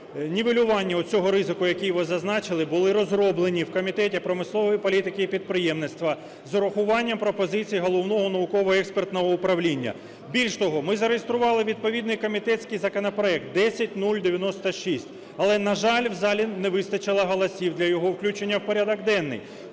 нівелюванню у цього ризику, який ви зазначили, були розроблені в Комітеті промислової політики і підприємництва з урахуванням пропозицій Головного науково-експертного управління. Більш того, ми зареєстрували відповідний комітетський законопроект – 10096, але, на жаль, в залі не вистачило голосів для його включення в порядок денний.